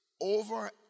over